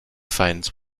finds